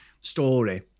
story